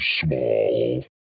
small